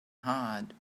hard